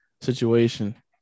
situation